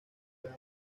gran